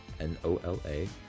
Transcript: N-O-L-A